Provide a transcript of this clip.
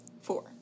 four